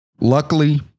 Luckily